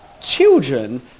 Children